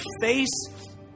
face